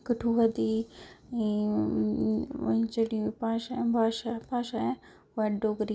कठुआ दी जेह्ड़ियां भाशां ऐं ओह् ऐ डोगरी